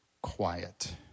Quiet